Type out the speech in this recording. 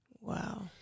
Wow